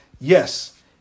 Yes